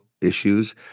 issues